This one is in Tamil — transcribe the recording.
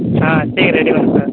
ஆ சீக்கிரம் ரெடி பண்ணுங்கள் சார்